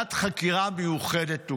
ועדת חקירה מיוחדת: